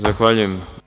Zahvaljujem.